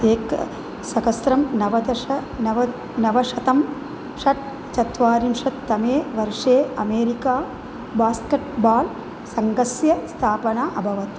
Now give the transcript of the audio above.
एकसहस्रं नवदश नव नवशतं षट् चत्वारिंशत्तमे वर्षे अमेरिका बास्केट्बाल् सङ्घस्य स्थापना अभवत्